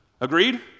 Agreed